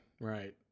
right